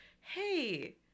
Hey